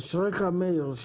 אשריך, מאיר.